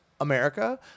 America